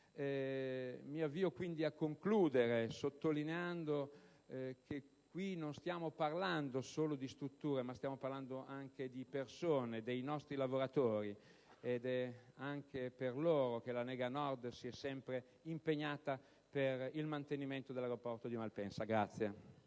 Mi avvio quindi a concludere sottolineando che non stiamo parlando solo di strutture, ma anche di persone, dei nostri lavoratori. È anche per loro che la Lega Nord si è sempre impegnata per il mantenimento dell'aeroporto di Malpensa.